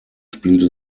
spielte